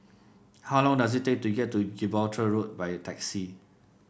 how long does it take to get to Gibraltar Road by taxi